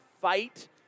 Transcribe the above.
fight